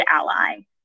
ally